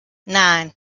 nine